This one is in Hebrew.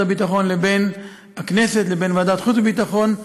הביטחון לבין הכנסת לבין ועדת החוץ והביטחון,